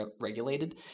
regulated